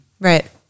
Right